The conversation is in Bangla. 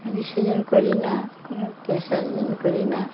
আমি সেজন্য করি না কোনো পেশার জন্য করি না